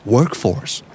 Workforce